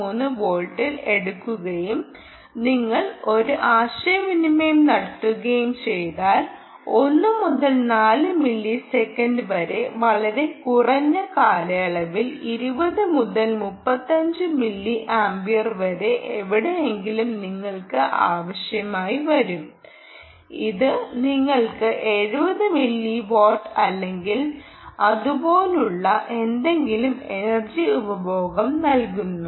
3 വോൾട്ടിൽ എടുക്കുകയും നിങ്ങൾ ഒരു ആശയവിനിമയം നടത്തുകയും ചെയ്താൽ 1 മുതൽ 4 മില്ലി സെക്കൻഡ് വരെ വളരെ കുറഞ്ഞ കാലയളവിൽ 20 മുതൽ 35 മില്ലി ആമ്പിയർ വരെ എവിടെയെങ്കിലും നിങ്ങൾക്ക് ആവശ്യമായി വരും ഇത് നിങ്ങൾക്ക് 70 മില്ലി വാട്ട് അല്ലെങ്കിൽ അതുപോലുള്ള എന്തെങ്കിലും എനർജി ഉപഭോഗം നൽകുന്നു